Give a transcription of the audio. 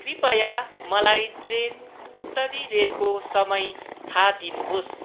कृपया मलाई ट्रेन उत्तरी रेलको समय थाहा दिनुहोस्